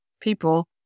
people